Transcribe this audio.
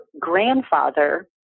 grandfather